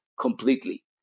completely